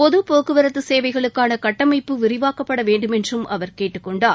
பொது போக்குவரத்து சேவைகளுக்கான கட்டமைப்பு விரிவாக்கப்பட வேண்டுமென்றும் அவர் கேட்டுக் கொண்டார்